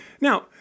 Now